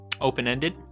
open-ended